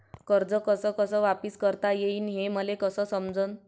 कर्ज कस कस वापिस करता येईन, हे मले कस समजनं?